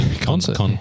concert